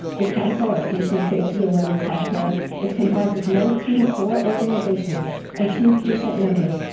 the council on patient safety in women's healthcare is comprised of nineteen core organizations and two patient members,